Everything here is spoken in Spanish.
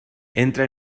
entra